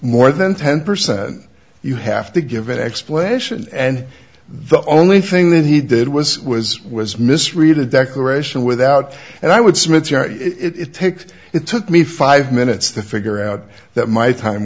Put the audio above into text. more than ten percent you have to give an explanation and the only thing that he did was was was misread a declaration without and i would submit sorry it takes it took me five minutes to figure out that my time